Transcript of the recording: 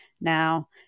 Now